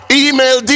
email